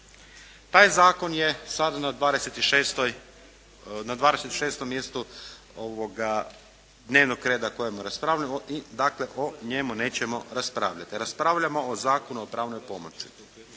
Taj zakon je sada na 26. mjestu dnevnog reda o kojemu raspravljamo i dakle o njemu nećemo raspravljati, raspravljamo o Zakonu o pravnoj pomoći.